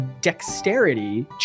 dexterity